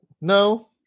no